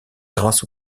grâce